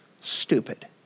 stupid